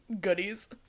goodies